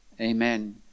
amen